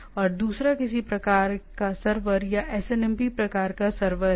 और दूसरा किसी प्रकार का सर्वर या SNMP प्रकार का सर्वर है